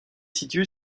située